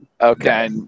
Okay